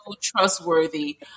trustworthy